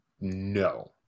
no